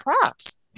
props